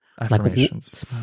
Affirmations